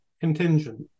contingent